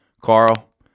Carl